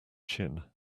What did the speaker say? chin